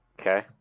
Okay